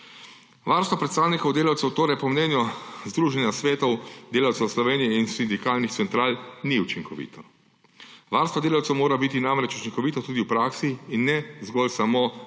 Varstvo predstavnikov delavcev torej po mnenju Združenja svetov delavcev Slovenije in sindikalnih central ni učinkovito. Varstvo delavcev mora biti namreč učinkovito tudi v praksi in ne zgolj samo na